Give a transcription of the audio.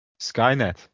Skynet